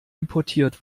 importiert